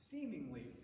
seemingly